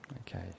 Okay